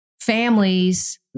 families